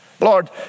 Lord